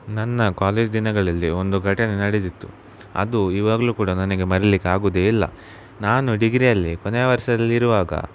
ನನ್ನ ಕಾಲೇಜ್ ದಿನಗಳಲ್ಲಿ ಒಂದು ಘಟನೆ ನಡೆದಿತ್ತು ಅದು ಇವಾಗಲೂ ಕೂಡ ನನಗೆ ಮರಿಲಿಕ್ಕೆ ಆಗುವುದೇ ಇಲ್ಲ ನಾನು ಡಿಗ್ರಿಯಲ್ಲಿ ಕೊನೆಯ ವರ್ಷಲ್ಲಿ ಇರುವಾಗ